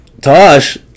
Tosh